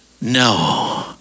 No